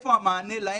איפה המענה להם?